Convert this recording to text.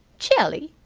jelly?